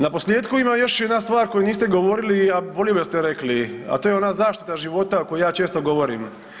Naposljetku ima još jedna stvar koju niste govorilo, a volio bi da ste rekli, a to je ona zaštita života o kojoj ja često govorim.